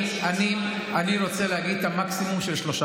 זה הסיפור שסיכמנו עליו.